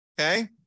Okay